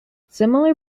similar